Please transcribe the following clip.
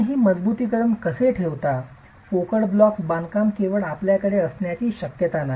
आपण ही मजबुतीकरण कसे ठेवता पोकळ ब्लॉक बांधकाम केवळ आपल्याकडे असण्याची शक्यता नाही